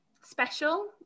special